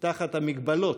תחת המגבלות,